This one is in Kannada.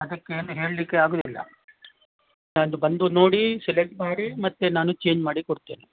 ಅದಕ್ಕೇನು ಹೇಳಲಿಕ್ಕೆ ಆಗೋದಿಲ್ಲ ಅದು ಬಂದು ನೋಡಿ ಸಿಲೆಕ್ಟ್ ಮಾಡಿ ಮತ್ತು ನಾನು ಚೇಂಜ್ ಮಾಡಿ ಕೊಡ್ತೇನೆ